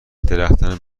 درختان